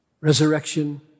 resurrection